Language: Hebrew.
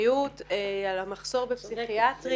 על המחסור בפסיכיאטרים,